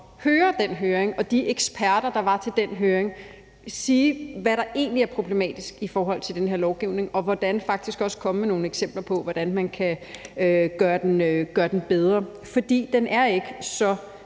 lytter til, hvad de eksperter, der var til den høring, sagde om, hvad der egentlig er problematisk i den her lovgivning, og de kom faktisk også med nogle eksempler på, hvordan man kan gøre den bedre, for den er ikke så